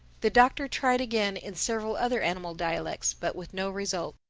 the doctor tried again, in several other animal dialects. but with no result.